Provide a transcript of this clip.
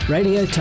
Radio